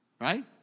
right